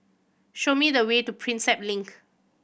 show me the way to Prinsep Link